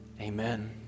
Amen